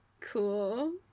cool